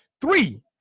Three